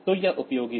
तो यह उपयोगी है